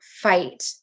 fight